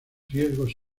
riesgos